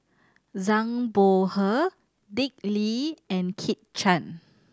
Zhang Bohe Dick Lee and Kit Chan